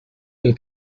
pel